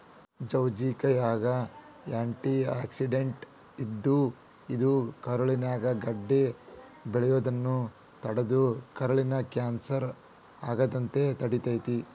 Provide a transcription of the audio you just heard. ಜಾಜಿಕಾಯಾಗ antioxidant ಇದ್ದು, ಇದು ಕರುಳಿನ್ಯಾಗ ಗಡ್ಡೆ ಬೆಳಿಯೋದನ್ನ ತಡದು ಕರುಳಿನ ಕ್ಯಾನ್ಸರ್ ಆಗದಂಗ ತಡಿತೇತಿ